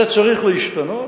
זה צריך להשתנות,